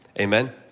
amen